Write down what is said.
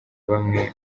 bamwe